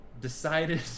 decided